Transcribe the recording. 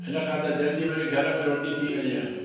हिनखां त जल्दी मुंहिंजे घर में रोटी थी वञे आहे